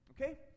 Okay